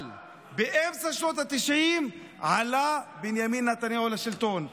אבל באמצע שנות התשעים עלה בנימין נתניהו לשלטון,